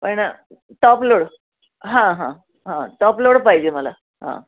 पण top load हां हां हां टॉप लोड पाहिजे मला हां